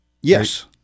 yes